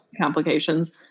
complications